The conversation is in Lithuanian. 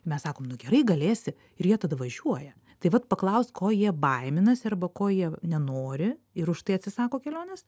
mes sakom nu gerai galėsi ir jie tada važiuoja tai vat paklaust ko jie baiminasi arba ko jie nenori ir už tai atsisako kelionės